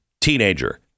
teenager